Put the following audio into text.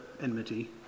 enmity